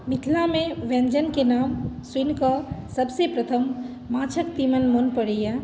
मिथिलामे व्यञ्जनके नाम सुनि कऽ सभसँ प्रथम माछक तीमन मोन पड़ैए